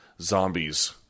Zombies